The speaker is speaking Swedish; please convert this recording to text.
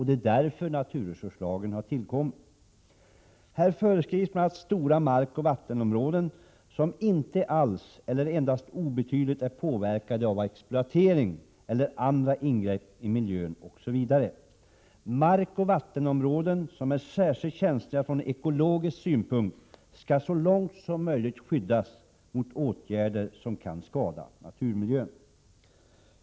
Det är därför som naturresurslagen har tillkommit. I NRL föreskrivs att stora markoch vattenområden som inte alls eller endast obetydligt är påverkade av exploatering eller andra ingrepp i miljön skall skyddas. Markoch vattenområden som är särskilt känsliga från ekologisk synpunkt skall så långt möjligt skyddas mot åtgärder som kan skada naturmiljön.